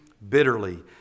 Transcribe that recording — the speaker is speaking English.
Bitterly